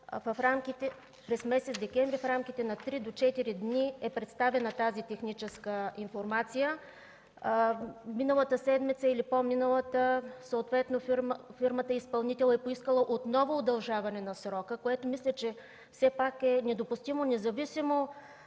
през месец декември в рамките на 3-4 дни е представена тази техническа информация. Миналата или по- миналата седмица фирмата-изпълнител е поискала отново удължаване на срока, което мисля, че е недопустимо, независимо